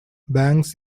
banks